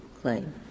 claim